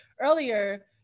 earlier